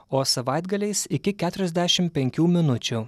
o savaitgaliais iki keturiasdešim penkių minučių